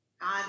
God